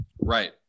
right